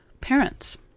parents